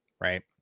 Right